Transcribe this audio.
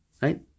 right